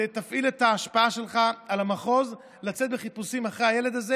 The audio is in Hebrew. תפעיל את ההשפעה שלך על המחוז לצאת בחיפושים אחר הילד הזה.